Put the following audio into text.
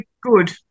good